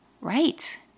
right